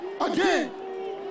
again